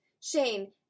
shane